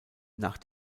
nach